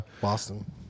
Boston